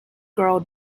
girl